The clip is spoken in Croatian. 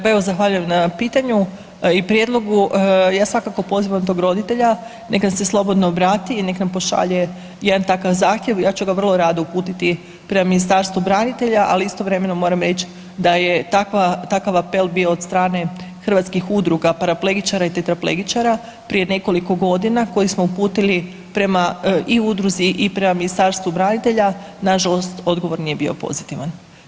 Pa evo zahvaljujem na pitanju i prijedlogu, ja svakako pozivam tog roditelja nek nam se slobodno obrati i nek nam pošalje jedan takav zahtjev ja ću ga vrlo rado uputiti prema Ministarstvu branitelja, ali istovremeno moram reći da je takva, takav apel bio od strane Hrvatskih udruga paraplegičara i tetraplegičara prije nekoliko godina koji smo uputili prema i udruzi i prema Ministarstvu branitelja, nažalost odgovor nije bio pozitivan.